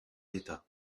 d’état